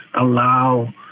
allow